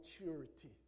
maturity